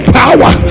power